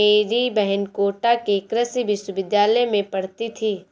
मेरी बहन कोटा के कृषि विश्वविद्यालय में पढ़ती थी